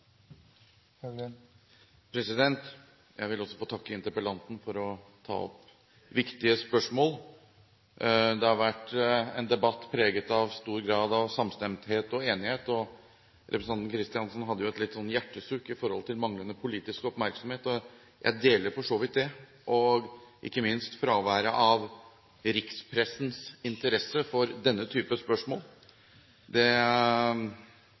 Jeg vil også få takke interpellanten for å ta opp viktige spørsmål. Det har vært en debatt preget av stor grad av samstemmighet, enighet. Representanten Kristiansen hadde et hjertesukk om manglende politisk oppmerksomhet. Jeg deler for så vidt det, og ikke minst fraværet av rikspressens interesse for denne typen spørsmål. Det